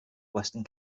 western